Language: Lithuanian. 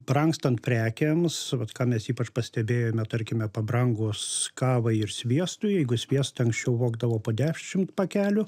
brangstant prekėms vat ką mes ypač pastebėjome tarkime pabrangus kavai ir sviestui jeigu sviestą anksčiau vogdavo po dešim pakelių